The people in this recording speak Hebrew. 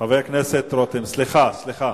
חבר הכנסת רותם, סליחה,